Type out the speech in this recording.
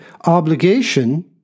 obligation